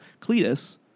Cletus